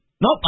Nope